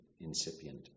incipient